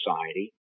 society